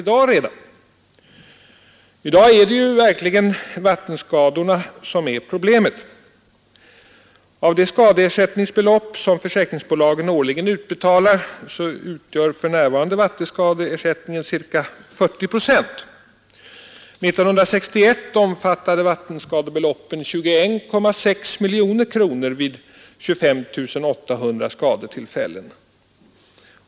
I dag är det vattenskadorna som är det stora problemet. Av de skadeersättningsbelopp som försäkringsbolagen årligen utbetalar utgör för närvarande vattenskadeersättningen ca 40 procent. År 1961 omfattade vattenskadebeloppen 21,6 miljoner kronor vid 25 800 skadetillfällen.